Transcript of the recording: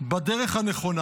בדרך הנכונה.